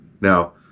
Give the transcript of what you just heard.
Now